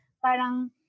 Parang